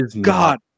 God